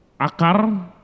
Akar